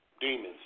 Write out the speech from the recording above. Demons